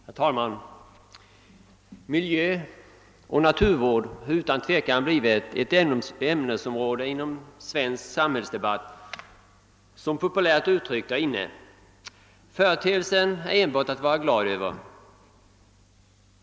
Herr talman! Miljöoch naturvård har utan tvivel blivit ett ämnesområde inom svensk samhällsdebatt som populärt uttryckt är >»inne«». Detta är enbart gäldjande.